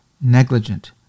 negligent